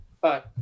Bye